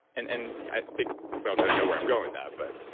and and i think we all kind of know where i'm going with that, but.